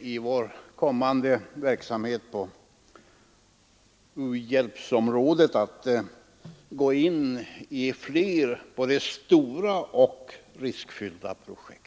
i vår kommande verksamhet på u-hjälpsområdet självklart räkna med att gå in i flera både stora och riskfyllda projekt.